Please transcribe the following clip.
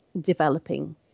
developing